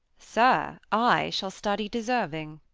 sir, i shall study deserving.